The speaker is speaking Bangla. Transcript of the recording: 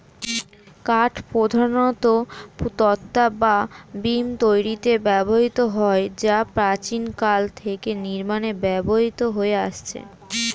কাঠ প্রধানত তক্তা বা বিম তৈরিতে ব্যবহৃত হয় যা প্রাচীনকাল থেকে নির্মাণে ব্যবহৃত হয়ে আসছে